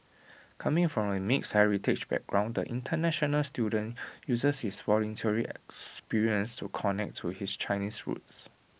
coming from A mixed heritage background the International student uses his volunteering experience to connect to his Chinese roots